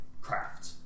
craft